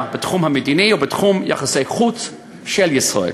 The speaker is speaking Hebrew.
בתחום המדיני ובתחום יחסי החוץ של ישראל,